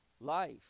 life